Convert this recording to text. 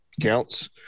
counts